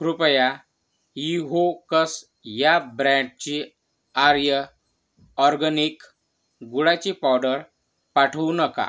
कृपया इव्होकस या ब्रँडची आर्य ऑरगॅनिक गुळाची पावडर पाठवू नका